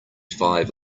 five